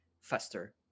faster